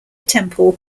temple